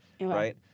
right